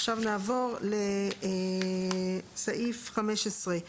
עכשיו נעבור לסעיף 58א